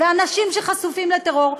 ואנשים שחשופים לטרור,